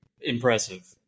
impressive